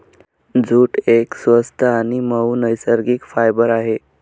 jute एक स्वस्त आणि मऊ नैसर्गिक फायबर आहे